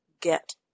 get